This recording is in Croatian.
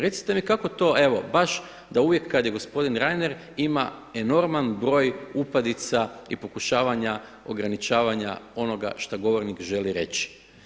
Recimo mi kako to da evo baš da uvijek kad gospodin Reiner ima enorman broj upadica i pokušavanja ograničavanja onoga što govornik želi reći.